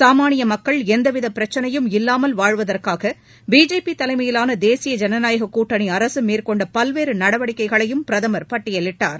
சாமானிய மக்கள் எந்தவித பிரச்சினையும் இல்லாமல் வாழ்வதற்காக பிஜேபி தலைமையிலான தேசிய ஜனநாயக கூட்டணி அரசு மேற்கொண்ட பல்வேறு நடவடிக்கைகளையும் பிரதம் பட்டியலிட்டார்